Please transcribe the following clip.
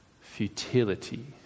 futility